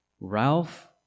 Ralph